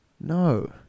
No